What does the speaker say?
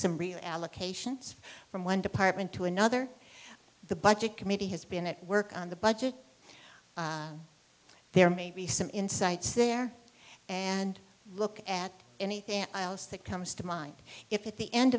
some real allocations from one department to another the budget committee has been at work on the budget there may be some insights there and look at anything else that comes to mind if at the end